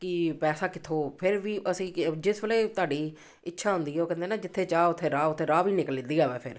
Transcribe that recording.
ਕਿ ਪੈਸਾ ਕਿੱਥੋਂ ਫਿਰ ਵੀ ਅਸੀਂ ਜਿਸ ਵੇਲੇ ਤੁਹਾਡੀ ਇੱਛਾ ਹੁੰਦੀ ਹੈ ਉਹ ਕਹਿੰਦੇ ਨਾ ਜਿੱਥੇ ਚਾਹ ਉੱਥੇ ਰਾਹ ਉੱਥੇ ਰਾਹ ਵੀ ਨਿਕਲਦੀ ਆ ਫਿਰ